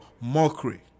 mockery